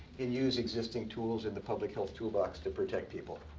and use existing tools in the public health toolbox to protect people.